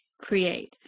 create